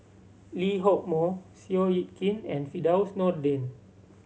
Lee Hock Moh Seow Yit Kin and Firdaus Nordin